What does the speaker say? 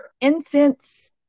incense